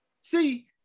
See